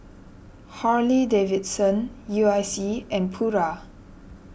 Harley Davidson U I C and Pura